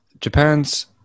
Japan's